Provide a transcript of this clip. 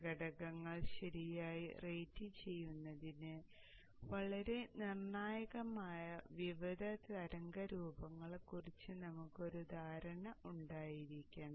ഘടകങ്ങൾ ശരിയായി റേറ്റുചെയ്യുന്നതിന് വളരെ നിർണായകമായ വിവിധ തരംഗ രൂപങ്ങളെക്കുറിച്ച് നമുക്ക് ഒരു ധാരണ ഉണ്ടായിരിക്കണം